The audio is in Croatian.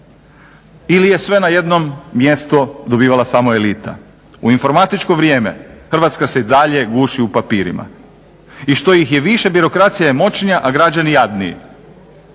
Ili je sve na jednom mjestu dobivala samo elita. U informatičko vrijeme Hrvatska se i dalje guši u papirima. I što ih je više birokracija je moćnija a građani jadniji.